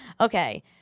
Okay